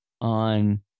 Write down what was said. on